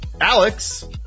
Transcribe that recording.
Alex